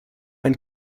ein